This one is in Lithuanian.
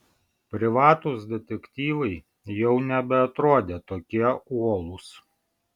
privatūs detektyvai jau nebeatrodė tokie uolūs